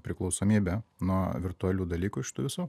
priklausomybę nuo virtualių dalykų šitų visų